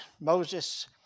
Moses